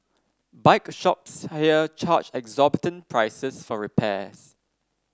bike shops here charge exorbitant prices for repairs